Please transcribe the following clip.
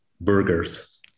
burgers